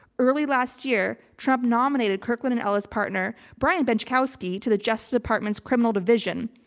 early last year, trump nominated kirkland and ellis partner brian benczkowski to the justice department's criminal division.